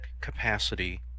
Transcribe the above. capacity